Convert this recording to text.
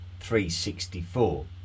364